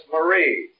Marie